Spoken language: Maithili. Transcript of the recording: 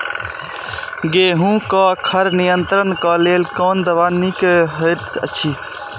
गेहूँ क खर नियंत्रण क लेल कोन दवा निक होयत अछि?